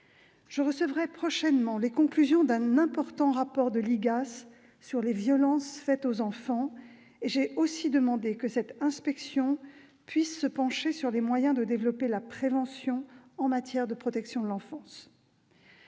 Je recevrai prochainement les conclusions d'un important rapport de l'Inspection générale des affaires sociales sur les violences faites aux enfants et j'ai demandé que cette inspection puisse se pencher sur les moyens de développer la prévention en matière de protection de l'enfance.